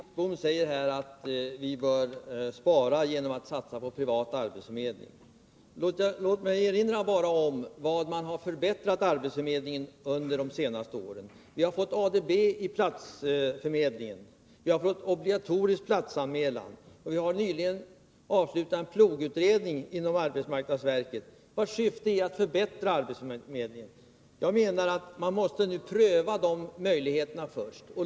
Herr talman! Bengt Wittbom säger här att vi bör spara genom att satsa på privat arbetsförmedling. Låt mig bara erinra om hur man har förbättrat arbetsförmedlingen under de senaste åren. Vi har fått ADB i platsförmedlingen, vi har fått obligatorisk platsanmälan och man har nyligen inom arbetsmarknadsverket avslutat en pilotutredning, vars syfte är att förbättra arbetsförmedlingen. Jag menar att man nu måste pröva de möjligheterna först.